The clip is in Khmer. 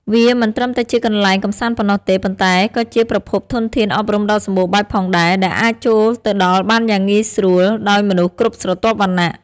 វាមិនត្រឹមតែជាកន្លែងកម្សាន្តប៉ុណ្ណោះទេ ប៉ុន្តែក៏ជាប្រភពធនធានអប់រំដ៏សម្បូរបែបផងដែរ ដែលអាចចូលទៅដល់បានយ៉ាងងាយស្រួលដោយមនុស្សគ្រប់ស្រទាប់វណ្ណៈ។